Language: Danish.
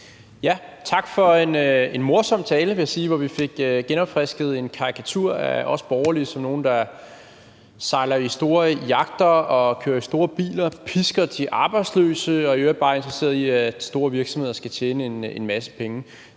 Tak for en morsom tale, vil jeg sige, hvor vi fik genopfrisket en karikatur af os borgerlige som nogle, der sejler i store yachter og kører i store biler, pisker de arbejdsløse og i øvrigt bare er interesseret i, at store virksomheder skal tjene en masse penge.